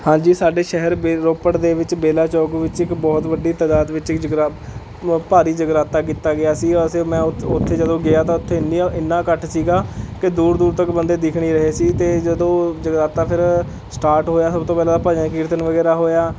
ਹਾਂਜੀ ਸਾਡੇ ਸ਼ਹਿਰ ਬੇ ਰੋਪੜ ਦੇ ਵਿੱਚ ਬੇਲਾ ਚੌਕ ਵਿੱਚ ਇੱਕ ਬਹੁਤ ਵੱਡੀ ਤਾਦਾਦ ਵਿੱਚ ਇੱਕ ਜਗਰਾ ਭ ਭਾਰੀ ਜਗਰਾਤਾ ਕੀਤਾ ਗਿਆ ਸੀ ਵੈਸੇ ਮੈਂ ਉੱਥੇ ਉੱਥੇ ਜਦੋਂ ਗਿਆ ਤਾਂ ਉੱਥੇ ਇੰਨੀਆਂ ਇੰਨਾ ਇੱਕਠ ਸੀ ਕਿ ਦੂਰ ਦੂਰ ਤੱਕ ਬੰਦੇ ਦਿੱਖ ਨਹੀਂ ਰਹੇ ਸੀ ਅਤੇ ਜਦੋਂ ਜਗਰਾਤਾ ਫਿਰ ਸਟਾਰਟ ਹੋਇਆ ਸਭ ਤੋਂ ਪਹਿਲਾਂ ਭਜਨ ਕੀਰਤਨ ਵਗੈਰਾ ਹੋਇਆ